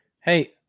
Hey